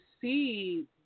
see